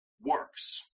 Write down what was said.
works